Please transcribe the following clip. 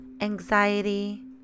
anxiety